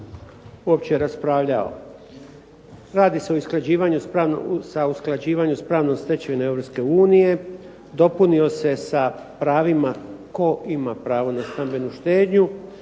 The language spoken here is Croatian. uopće raspravljao. Radi se o usklađivanju sa pravnom stečevinom Europske unije. Dopunio se sa pravima tko ima pravo na stambenu štednju.